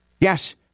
Yes